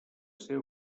seva